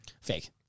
Fake